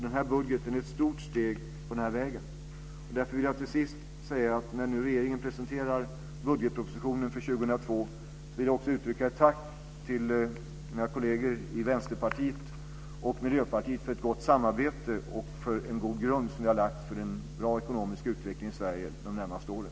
Den här budgeten är ett stort steg på den vägen. När nu regeringen presenterar budgetpropositionen för år 2002 vill jag till sist därför uttrycka ett tack till mina kolleger i Vänsterpartiet och Miljöpartiet för ett gott samarbete och för en god grund som vi har lagt för en bra ekonomisk utveckling i Sverige under de närmaste åren.